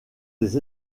des